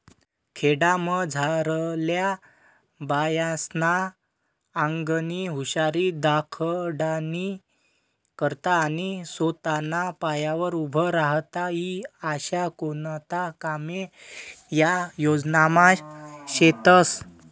खेडामझारल्या बायास्ना आंगनी हुशारी दखाडानी करता आणि सोताना पायावर उभं राहता ई आशा कोणता कामे या योजनामा शेतस